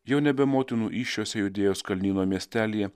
jau nebe motinų įsčiose judėjos kalnyno miestelyje